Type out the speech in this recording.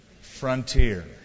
frontier